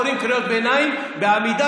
לא קוראים קריאות ביניים בעמידה,